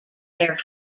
their